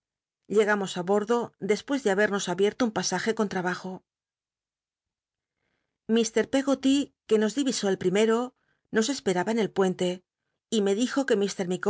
llegamos li bordo dcspucs de habernos abierto un pasaje con trabajo llr pcggoty que nos tli'isó el prirncr o nos espel'aba en el puente y me dijo que